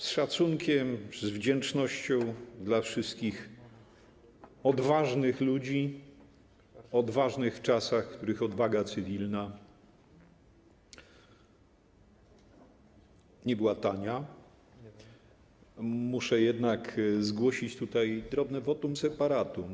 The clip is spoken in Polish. Z szacunkiem, z wdzięcznością dla wszystkich odważnych ludzi, odważnych w czasach, w których odwaga cywilna nie była tania, muszę jednak zgłosić tutaj drobne votum separatum.